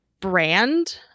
brand